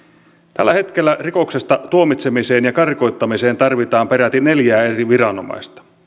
tällä hetkellä rikoksesta tuomitsemiseen ja karkottamiseen tarvitaan peräti neljää eri viranomaista